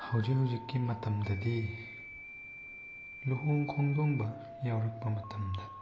ꯍꯧꯖꯤꯛ ꯍꯧꯖꯤꯛꯀꯤ ꯃꯇꯝꯗꯗꯤ ꯂꯨꯍꯣꯡ ꯈꯣꯡꯗꯣꯡꯕ ꯌꯥꯎꯔꯛꯄ ꯃꯇꯝꯗ